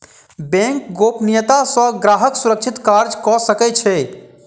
bank गोपनियता सॅ ग्राहक सुरक्षित कार्य कअ सकै छै